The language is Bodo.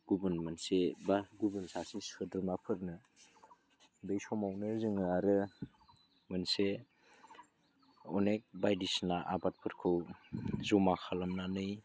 गुबुन मोनसे बा गुबुन सासे सोद्रोमाफोरनो बै समावनो जोङो आरो मोनसे अनेक बायदिसिना आबादफोरखौ जमा खालामनानै